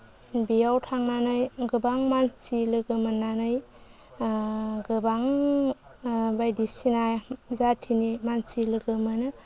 बेयाव थांनानै गोबां मानसि लोगो मोन्नानै गोबां बायदिसिना जाथिनि मानसि लोगो मोनो